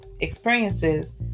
experiences